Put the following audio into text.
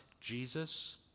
Jesus